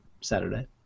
Saturday